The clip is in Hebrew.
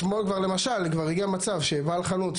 אתמול למשל הגיע מצב שבעל חנות,